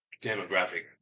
demographic